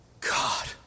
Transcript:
God